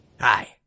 Hi